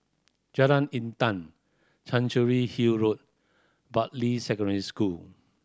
Jalan Intan Chancery Hill Road Bartley Secondary School